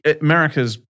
America's